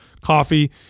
coffee